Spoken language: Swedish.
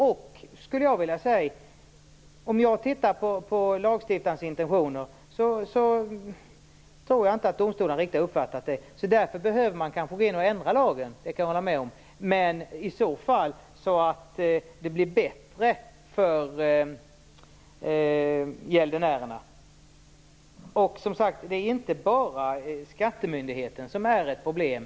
Jag tror inte att domstolarna har uppfattat lagstiftarens intentioner riktigt rätt. Därför behöver man kanske ändra lagen - det kan jag hålla med om - men i så fall på ett sådant sätt att det blir bättre för gäldenärerna. Det är som sagt inte bara skattemyndigheten som är ett problem.